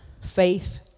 Faith